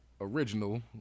original